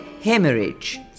hemorrhage